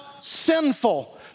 sinful